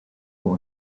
who